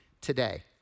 today